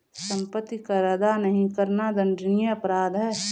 सम्पत्ति कर अदा नहीं करना दण्डनीय अपराध है